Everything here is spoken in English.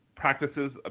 Practices